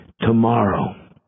Tomorrow